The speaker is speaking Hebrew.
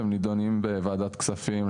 הם נידונים בוועדת כספים,